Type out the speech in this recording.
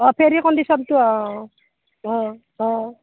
অঁ ফেৰী কণ্ডিশ্যনটো অঁ অঁ অঁ